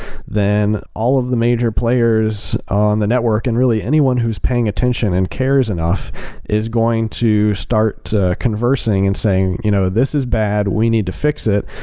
then all of the major players on the network and really anyone who's paying attention and cares enough is going to start conversing and saying, you know this is bad. we need to fix it.